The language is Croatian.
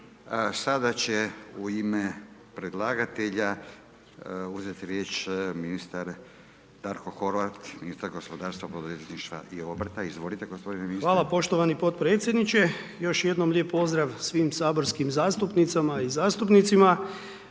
Sada će u ime predlagatelja uzeti riječ ministar Darko Horvat, ministar gospodarstva, poduzetništva i obrta. Izvolit gospodine ministre. **Horvat, Darko (HDZ)** Hvala poštovani podpredsjedniče, još jednom lijep pozdrav svim saborskim zastupnicama i zastupnicima,